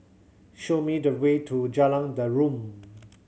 show me the way to Jalan Derum